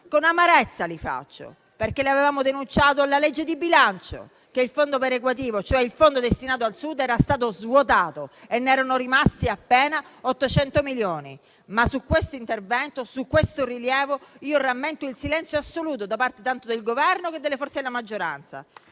con amarezza perché abbiamo denunciato nella legge di bilancio che il fondo perequativo, cioè il fondo destinato al Sud, era stato svuotato e vi erano rimasti appena 800 milioni. Tuttavia, su questo rilievo io rammento il silenzio assoluto da parte tanto del Governo e delle forze della maggioranza.